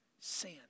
sin